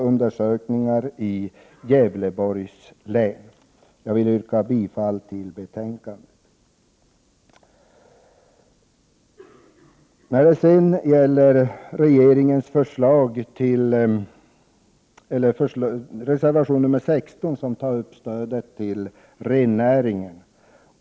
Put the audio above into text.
Utskottet tillstyrker propositionens förslag, och jag yrkar bifall till vad utskottet har hemställt. Reservation 16 gäller ändrad anslagskonstruktion för prisstöd till rennäringen.